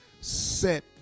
set